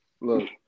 Look